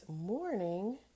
morning